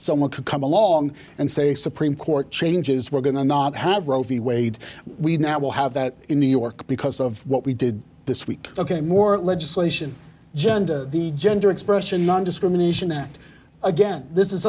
someone could come along and say supreme court changes we're going to not have roe v wade we now will have that in new york because of what we did this week ok more legislation gender the gender expression nondiscrimination that again this is